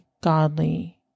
godly